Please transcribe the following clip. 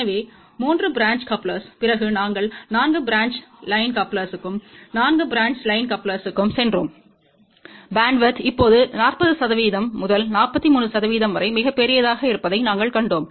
எனவே 3 பிரான்ச் கப்லெர்ஸ்ற்குப் பிறகு நாங்கள் 4 பிரான்ச் லைன் கப்லெர்ஸ்ற்கும் 4 பிரான்ச் லைன் கப்லெர்ஸ்ற்கும் சென்றோம் பேண்ட்வித் இப்போது 40 சதவீதம் முதல் 43 சதவீதம் வரை மிகப் பெரியதாக இருப்பதை நாங்கள் கண்டோம்